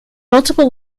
multiple